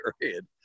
period